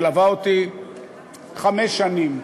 מלווה אותי חמש שנים.